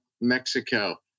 Mexico